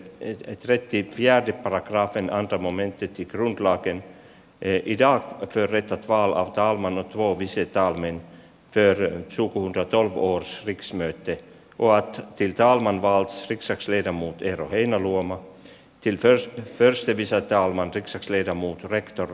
nyt retretti järkyttävä grapen antoi momentiksi grundlagen edit ja yrittää palauttaa monet vouti sitä omin pyörin sukuun ja toivoo swixnäytteet vuaksettiltä ilman valsvikseksiita muutti ratinan luoma tillför försti visatalmantykseksi lyödä muut rector